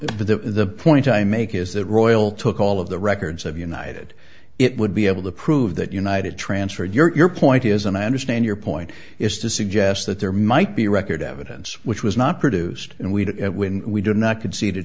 the point i make is that royal took all of the records of united it would be able to prove that united transferred your point is and i understand your point is to suggest that there might be record evidence which was not produced and we did it when we do not concede